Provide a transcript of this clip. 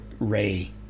Ray